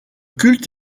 culte